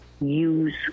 use